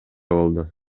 болду